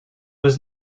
was